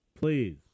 Please